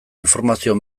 informazio